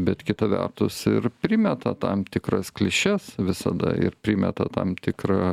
bet kita vertus ir primeta tam tikras klišes visada ir primeta tam tikrą